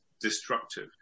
destructive